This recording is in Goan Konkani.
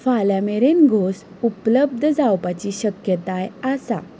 फाल्यां मेरेन घोंस उपलब्ध जावपाची शक्यताय आसा